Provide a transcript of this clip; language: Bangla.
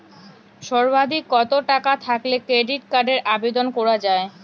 সর্বাধিক কত টাকা থাকলে ক্রেডিট কার্ডের আবেদন করা য়ায়?